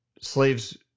slaves